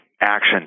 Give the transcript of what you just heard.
action